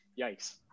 yikes